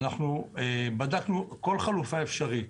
אנחנו בדקנו כל חלופה אפשרית.